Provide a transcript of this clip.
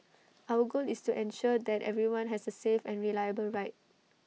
our goal is to ensure that everyone has A safe and reliable ride